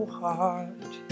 heart